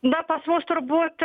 na pas mus turbūt